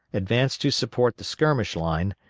advanced to support the skirmish line,